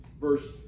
verse